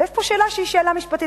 ויש פה שאלה שהיא שאלה משפטית,